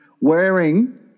wearing